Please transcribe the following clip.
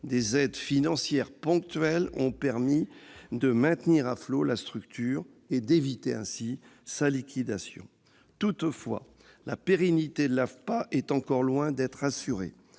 Des aides financières ponctuelles ont permis de maintenir à flot la structure et d'éviter ainsi sa liquidation. Toutefois, la pérennité de l'AFPA est encore loin d'être assurée